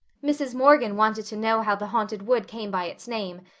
mrs. morgan wanted to know how the haunted wood came by its name,